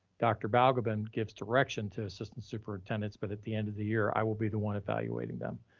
dr. balgobin gives direction to assistant superintendents, but at the end of the year, i will be the one evaluating them.